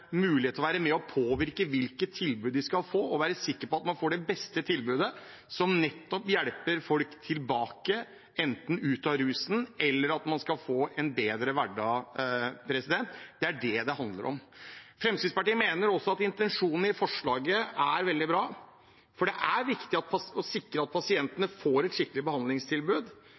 mulighet til å være med og påvirke hvilket tilbud de skal få, og være sikker på at man får det beste tilbudet, som nettopp hjelper folk tilbake, enten ut av rusen eller til at man skal få en bedre hverdag. Det er det det handler om. Fremskrittspartiet mener også at intensjonen i forslaget er veldig bra, for det er viktig å sikre at pasientene får et skikkelig behandlingstilbud.